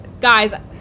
Guys